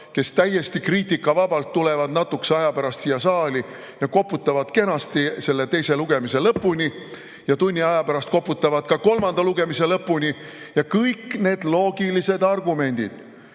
kes täiesti kriitikavabalt tulevad natukese aja pärast siia saali, koputavad kenasti selle teise lugemise lõpuni ja tunni aja pärast koputavad ka kolmanda lugemise lõpuni. Kõik loogilised argumendid